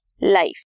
life